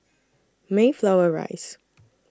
Mayflower Rise